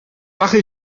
mache